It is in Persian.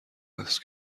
است